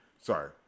Sorry